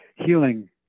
Healing